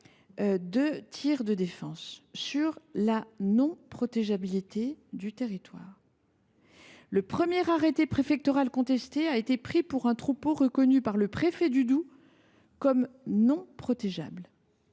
s’était fondé sur la non protégeabilité du territoire. Le premier arrêté préfectoral contesté a été pris pour un troupeau reconnu par le préfet comme non protégeable.